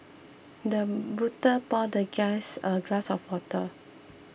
the butler poured the guest a glass of water